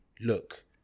look